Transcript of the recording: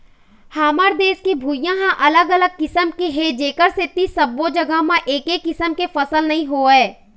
हमर देश के भुइंहा ह अलग अलग किसम के हे जेखर सेती सब्बो जघा म एके किसम के फसल नइ होवय